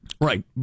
Right